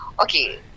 okay